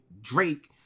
drake